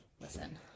Listen